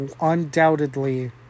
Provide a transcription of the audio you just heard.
undoubtedly